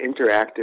interactive